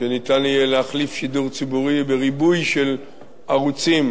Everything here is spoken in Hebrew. שניתן יהיה להחליף שידור ציבורי בריבוי של ערוצים,